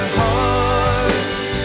hearts